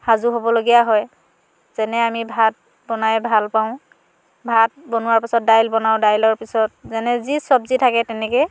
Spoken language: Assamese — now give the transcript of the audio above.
সাজু হ'বলগীয়া হয় যেনে আমি ভাত বনাই ভাল পাওঁ ভাত বনোৱাৰ পাছত দাইল বনাওঁ দাইলৰ পিছত যেনে যি চব্জি থাকে তেনেকেই